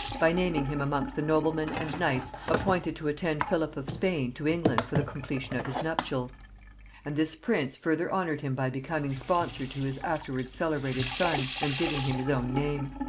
by naming him amongst the noblemen and knights appointed to attend philip of spain to england for the completion of his nuptials and this prince further honored him by becoming sponsor to his afterwards celebrated son and giving him his own name.